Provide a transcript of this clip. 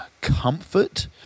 comfort